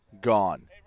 gone